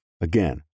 again